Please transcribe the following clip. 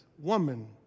woman